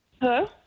Hello